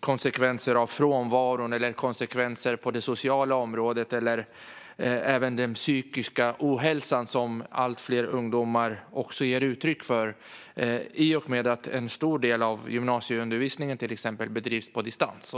konsekvenserna av frånvaron eller om påverkan på det sociala området och den psykiska hälsan, vilket allt fler ungdomar ger uttryck för i och med att en stor del av exempelvis gymnasieundervisningen bedrivs på distans.